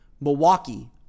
Milwaukee